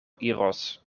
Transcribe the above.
iros